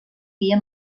dia